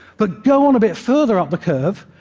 but go on a bit further up the curve,